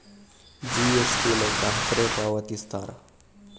GST ನ ಗ್ರಾಹಕರೇ ಪಾವತಿಸ್ತಾರಾ